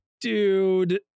Dude